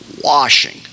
washing